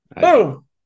Boom